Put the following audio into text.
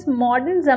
modern